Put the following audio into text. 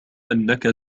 أنك